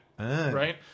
Right